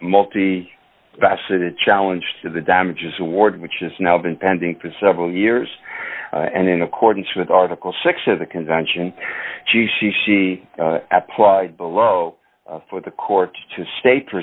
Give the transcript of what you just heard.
multi faceted challenge to the damages award which is now been pending for several years and in accordance with article six of the convention she she she applied below for the courts to state